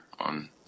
on